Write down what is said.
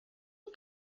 you